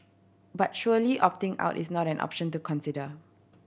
but surely opting out is not an option to consider